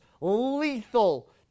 lethal